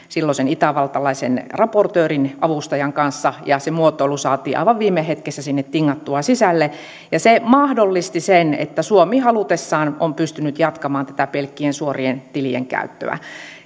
silloisen itävaltalaisen raportöörin avustajan kanssa se muotoilu saatiin aivan viime hetkessä sinne tingattua sisälle ja se mahdollisti sen että suomi halutessaan on pystynyt jatkamaan tätä pelkkien suorien tilien käyttöä